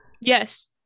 Yes